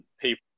people